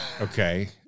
Okay